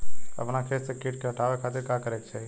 अपना खेत से कीट के हतावे खातिर का करे के चाही?